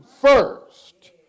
first